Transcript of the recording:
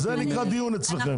זה נקרא דיון אצלכם?